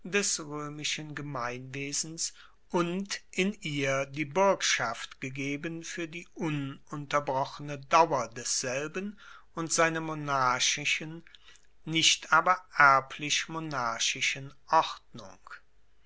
des roemischen gemeinwesens und in ihr die buergschaft gegeben fuer die ununterbrochene dauer desselben und seiner monarchischen nicht aber erblich monarchischen ordnung